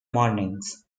mornings